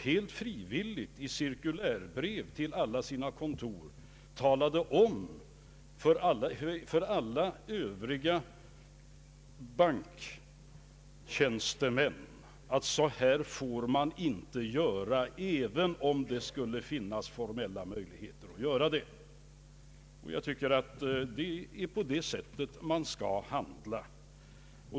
Helt frivilligt talade han om för övriga banktjänstemän, i cirkulärbrev till alla sina kontor, att man inte får göra på det sättet, även om det skulle finnas formella möjligheter därtill. Jag anser att det är så man skall handla.